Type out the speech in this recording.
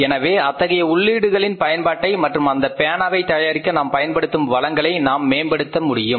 எனவே அத்தகைய உள்ளீடுகளின் பயன்பாட்டை மற்றும் அந்தப் பேனாவை தயாரிக்க நாம் பயன்படுத்தும் வளங்களை நாம் மேம்படுத்த முடியும்